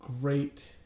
great